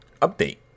update